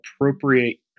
appropriate